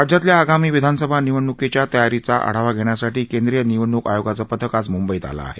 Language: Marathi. राज्यातल्या आगामी विधानसभा निवडणुकीच्या तयारीचा आढावाघेण्यासाठी केंद्रीय निवडणूक आयोगाचं पथक आज मुंबईत आलं आहे